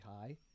high